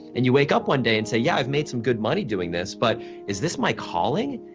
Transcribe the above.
and you wake up one day and say, yeah, i've made some good money doing this but is this my calling?